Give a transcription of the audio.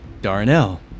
darnell